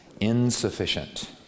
insufficient